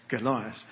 Goliath